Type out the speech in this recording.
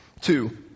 Two